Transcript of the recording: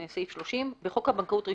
30. בחוק הבנקאות (רישוי),